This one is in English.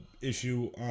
issue